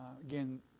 Again